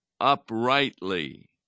uprightly